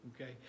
Okay